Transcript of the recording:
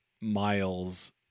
Miles